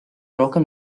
rohkem